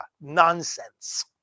nonsense